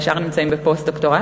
והשאר נמצאים בפוסט-דוקטורט,